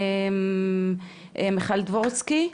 מיכל דבורצקי.